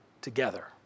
together